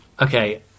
okay